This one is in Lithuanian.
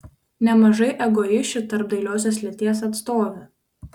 nemažai egoisčių tarp dailiosios lyties atstovių